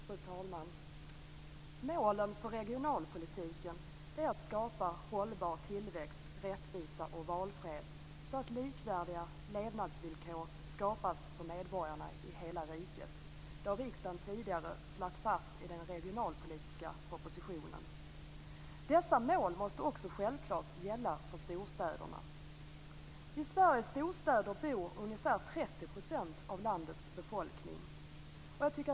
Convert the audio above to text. Fru talman! Målen för regionalpolitiken är att skapa hållbar tillväxt, rättvisa och valfrihet så att likvärdiga levnadsvillkor skapas för medborgarna i hela riket. Det har riksdagen tidigare slagit fast i anslutning till den regionalpolitiska propositionen. Dessa mål måste självfallet gälla också för storstäderna. I Sveriges storstäder bor ungefär 30 % av landets befolkning.